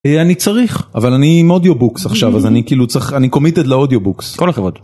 אני צריך אבל אני עם אודיו בוקס עכשיו אז אני כאילו צריך אני קומיטט לאודיו בוקס כל הכבוד.